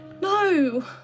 No